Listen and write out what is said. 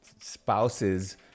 spouses